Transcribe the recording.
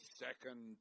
second